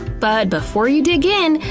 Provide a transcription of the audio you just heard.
but before you dig in,